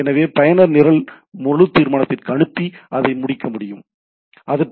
எனவே பயனர் நிரல் முழுத் தீர்மானத்திற்கு அனுப்பி அதைச் செய்து முடிக்கவும்